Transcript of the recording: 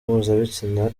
mpuzabitsina